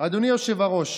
אדוני היושב-ראש,